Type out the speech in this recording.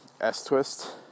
S-twist